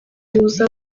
gihuza